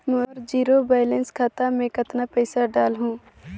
मोर zero balance खाता मे कतना पइसा डाल हूं?